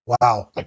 Wow